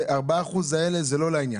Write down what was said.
4% האלה זה לא לעניין.